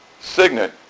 signet